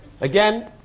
Again